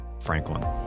Franklin